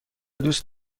دوست